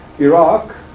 Iraq